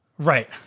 Right